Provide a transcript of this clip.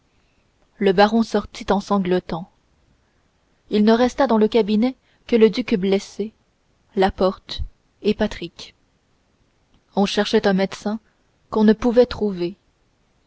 le baron sortit en sanglotant il ne resta dans le cabinet que le duc blessé la porte et patrick on cherchait un médecin qu'on ne pouvait trouver